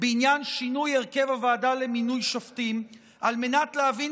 בעניין שינוי הרכב הוועדה למינוי שופטים על מנת להבין